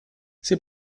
c’est